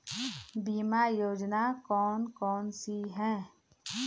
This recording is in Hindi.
बीमा योजना कौन कौनसी हैं?